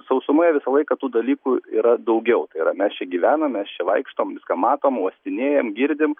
sausumoje visą laiką tų dalykų yra daugiau tai yra mes čia gyvenam mes čia vaikštom viską matom uostinėjam girdim